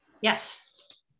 yes